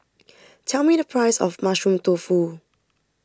tell me the price of Mushroom Tofu